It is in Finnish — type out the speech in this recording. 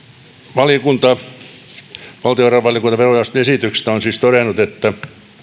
valtiovarainvaliokunta on siis todennut verojaoston esityksestä että